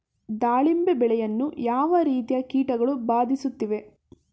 ದಾಳಿಂಬೆ ಬೆಳೆಯನ್ನು ಯಾವ ರೀತಿಯ ಕೀಟಗಳು ಬಾಧಿಸುತ್ತಿವೆ?